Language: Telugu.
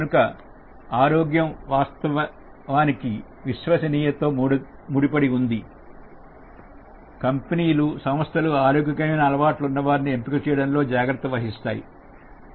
కనుక ఆరోగ్యం వాస్తవానికి విశ్వసనీయతతో ముడిపడి ఉంది కంపెనీలు సంస్థలు ఆరోగ్యకరమైన అలవాట్లు ఉన్నవారిని పెంచుకోవడంలో జాగ్రత్త వహిస్తాయి